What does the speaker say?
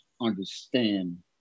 understand